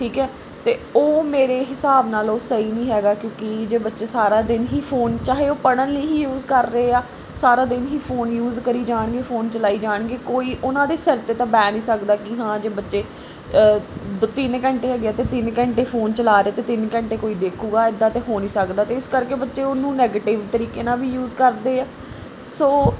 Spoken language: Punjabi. ਠੀਕ ਹੈ ਅਤੇ ਉਹ ਮੇਰੇ ਹਿਸਾਬ ਨਾਲ ਉਹ ਸਹੀ ਨਹੀਂ ਹੈਗਾ ਕਿਉਂਕਿ ਜੇ ਬੱਚੇ ਸਾਰਾ ਦਿਨ ਹੀ ਫੋਨ ਚਾਹੇ ਉਹ ਪੜ੍ਹਨ ਲਈ ਹੀ ਯੂਜ਼ ਕਰ ਰਹੇ ਆ ਸਾਰਾ ਦਿਨ ਹੀ ਫੋਨ ਯੂਜ਼ ਕਰੀ ਜਾਣਗੇ ਫੋਨ ਚਲਾਈ ਜਾਣਗੇ ਕੋਈ ਉਹਨਾਂ ਦੇ ਸਿਰ 'ਤੇ ਤਾਂ ਬਹਿ ਨਹੀਂ ਸਕਦਾ ਕਿ ਹਾਂ ਜੇ ਬੱਚੇ ਦ ਤਿੰਨ ਘੰਟੇ ਹੈਗੇ ਆ ਅਤੇ ਤਿੰਨ ਘੰਟੇ ਫੋਨ ਚਲਾ ਰਹੇ ਅਤੇ ਤਿੰਨ ਘੰਟੇ ਕੋਈ ਦੇਖੂਗਾ ਇੱਦਾਂ ਤਾਂ ਹੋ ਨਹੀਂ ਸਕਦਾ ਅਤੇ ਇਸ ਕਰਕੇ ਬੱਚੇ ਉਹਨੂੰ ਨੈਗੇਟਿਵ ਤਰੀਕੇ ਨਾਲ ਵੀ ਯੂਜ਼ ਕਰਦੇ ਆ ਸੋ